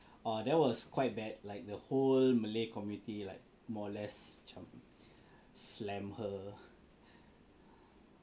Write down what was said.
uh that was quite bad like the whole malay community like more or less macam slammed her